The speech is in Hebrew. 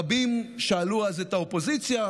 רבים שאלו אז את האופוזיציה,